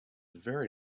very